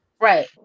Right